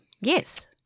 Yes